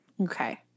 Okay